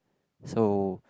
so